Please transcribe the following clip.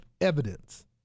evidence